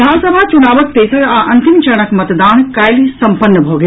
विधानसभा चुनावक तेसर आ अंतिम चरणक मतदान काल्हि सम्पन्न भऽ गेल